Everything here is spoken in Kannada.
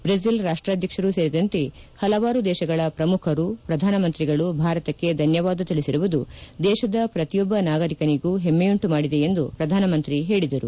ಬ್ರೆಜಿಲ್ ರಾಷ್ಟ್ರಾಧ್ಯಕ್ಷರು ಸೇರಿದಂತೆ ಹಲವಾರು ದೇಶಗಳ ಪ್ರಮುಖರು ಪ್ರಧಾನಮಂತ್ರಿಗಳು ಭಾರತಕ್ಕೆ ಧನ್ಯವಾದ ತಿಳಿಸಿರುವುದು ದೇಶದ ಪ್ರತಿಯೊಬ್ಬ ನಾಗರಿಕನಿಗೂ ಹೆಮ್ಮೆಯುಂಟು ಮಾದಿದೆ ಎಂದು ಪ್ರಧಾನಮಂತ್ರಿ ಹೇಳಿದರು